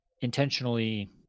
intentionally